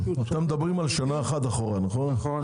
אתם מדברים על שנה אחת אחורה, נכון?